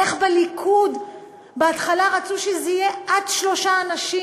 איך בליכוד בהתחלה רצו שזה יהיה עד שלושה אנשים,